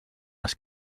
les